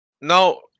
Now